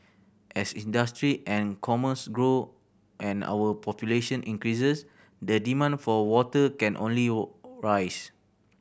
as industry and commerce grow and our population increases the demand for water can only or rise